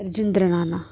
Rajinder Raina